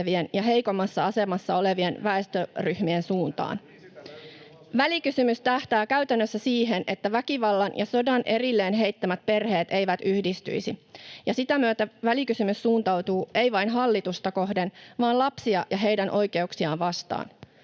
ja heikommassa asemassa olevien väestöryhmien suuntaan. [Jussi Halla-ahon välihuuto] Välikysymys tähtää käytännössä siihen, että väkivallan ja sodan erilleen heittämät perheet eivät yhdistyisi. Sitä myötä välikysymys suuntautuu, ei vain hallitusta kohden, vaan lapsia ja heidän oikeuksiaan vastaan.